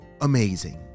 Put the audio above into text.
amazing